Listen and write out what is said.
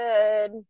good